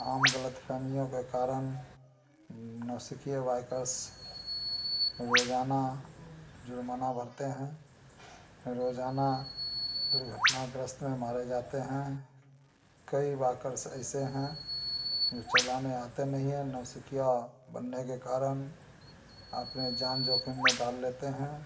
आम गलतफहमियों के कारण नौसिखिए वाइकर्स रोजाना जुर्माना भरते हैं रोजाना दुर्घटनाग्रस्त में मारे जाते हैं कई वाकर्स ऐसे हैं जो चलाने आते नहीं है नौसिखिया बनने के कारण अपने जान जोखिम में डाल देते हैं